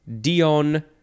dion